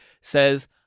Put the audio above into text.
says